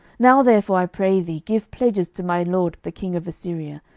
now therefore, i pray thee, give pledges to my lord the king of assyria,